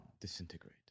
Disintegrate